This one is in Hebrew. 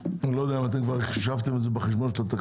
אני לא יודע אם חישבתם את זה בחשבונות התקציב.